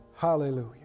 Hallelujah